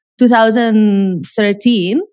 2013